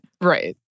Right